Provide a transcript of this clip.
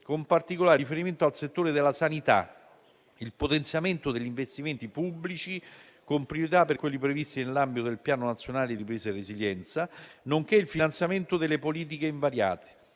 con particolare riferimento al settore della sanità; al potenziamento degli investimenti pubblici, con priorità per quelli previsti nell'ambito del Piano nazionale di ripresa e resilienza, nonché al finanziamento delle politiche invariate.